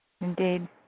Indeed